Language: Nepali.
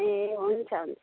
ए हुन्छ हुन्छ